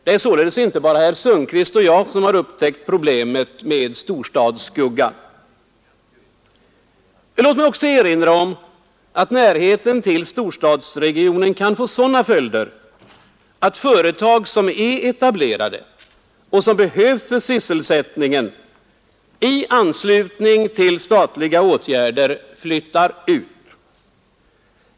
Det är således inte bara herr Sundkvist och jag som har upptäckt problemet med storstadsskuggan. Låt mig också erinra om att närheten till storstadsregionen kan få sådana följder att företag som är etablerade — och som behövs för sysselsättningen — i anslutning till statliga åtgärder flyttar ut.